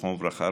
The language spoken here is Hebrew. זיכרונו לברכה,